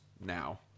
now